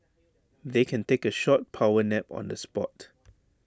they can take A short power nap on the spot